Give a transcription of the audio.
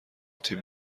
تیم